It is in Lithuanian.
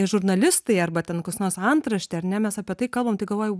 žurnalistai arba ten koks nors antraštė ar ne mes apie tai kalbam tai galvoji